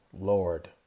Lord